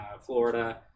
Florida